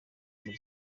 muri